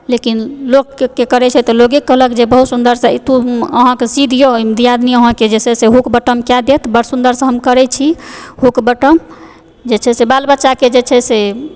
लेकिन लोकके करए छै तऽ लोगे कहलक जे बहुत सुन्दरसँ अहाँकेँ सी दीअऽ दिआदनी अहाँकेँ जे छै से हुक बटम कए देत बड सुन्दरसंँ हेम करए छी हुक बटम जे छै से बाल बच्चाकेँ जे छै से